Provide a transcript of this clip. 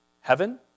heaven